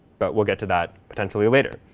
but we'll get to that potentially later.